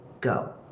go